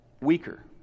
Weaker